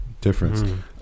difference